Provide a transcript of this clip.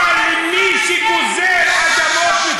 אני גם לא סולחת על מה שאמרת בפני ניצולי שואה כאן על הדוכן הזה.